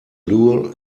lure